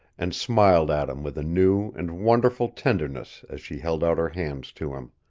and smiled at him with a new and wonderful tenderness as she held out her hands to him.